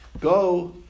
Go